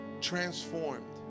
transformed